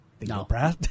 No